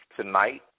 tonight